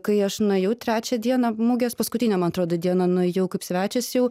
kai aš nuėjau trečią dieną mugės paskutinę man atrodo dieną nuėjau kaip svečias jau